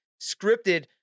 scripted